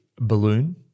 balloon